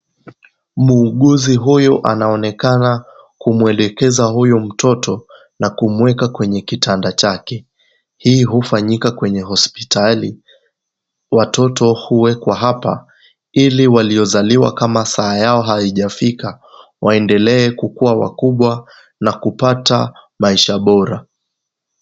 Muhuguzi huyu anaonekana kumwelekeza huyu mtoto na kumweka kwenye kitanda chake. Hii ufanyika kwenye hospitali , watoto uwekwa hapa ili waliozaliwa kama saa yao haijafika waendelee kukua wakubwa na kupata maisha Bora .